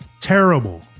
Terrible